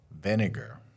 vinegar